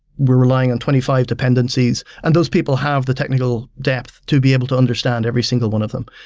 we're relying on twenty five dependencies, and those people have the technical depth to be able to understand every single one of them.